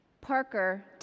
Parker